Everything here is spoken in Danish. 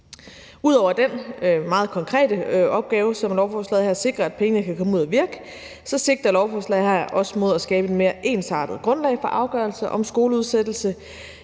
Ud over den meget konkrete opgave, som lovforslaget her sikrer, nemlig at pengene kan komme ud at virke, sigter lovforslaget også mod at skabe et mere ensartet grundlag for afgørelse om skoleudsættelse.